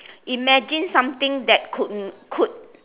imagine something that could could